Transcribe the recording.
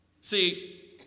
See